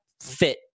fit